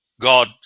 God